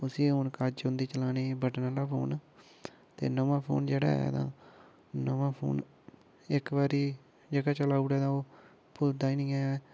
उसी हून कज्ज औंदी चलाने बटन आह्ला फोन ते नमां फोन जेह्ड़ा ऐ तां नमां फोन इक बारी जेह्का चलाउड़ेआ तां ओह् भु'ल्लदा निं ऐ